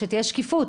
שתהיה שקיפות,